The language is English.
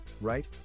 right